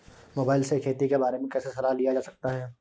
Mobile से खेती के बारे कैसे सलाह लिया जा सकता है?